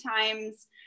times